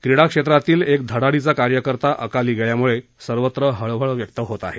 क्रीडा क्षेत्रातील एक धडाडीचा कार्यकर्ता अकाली गेल्यामुळं सर्वत्र हळहळ व्यक्त होत आहे